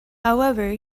however